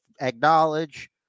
acknowledge